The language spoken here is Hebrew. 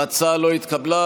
ההצעה לא התקבלה.